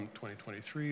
2023